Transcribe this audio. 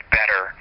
better